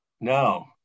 no